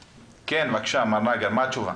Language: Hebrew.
כן, מר נגר, מה התשובה?